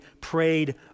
prayed